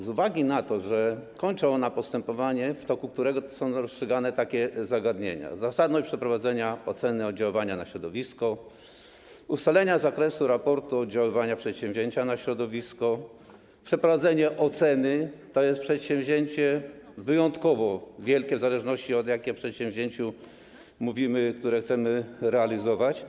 Z uwagi na to, że kończy ona postępowanie, w toku którego są rozstrzygane takie zagadnienia jak zasadność przeprowadzenia oceny oddziaływania na środowisko czy ustalenie zakresu raportu oddziaływania przedsięwzięcia na środowisko, przeprowadzenie oceny jest przedsięwzięciem wyjątkowo wielkim, w zależności od tego, o jakim przedsięwzięciu, które chcemy realizować, mówimy.